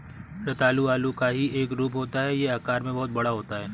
रतालू आलू का ही एक रूप होता है यह आकार में बहुत बड़ा होता है